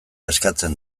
eskatzen